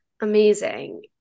Amazing